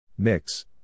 Mix